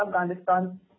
Afghanistan